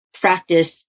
practice